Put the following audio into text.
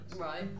Right